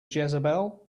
jezebel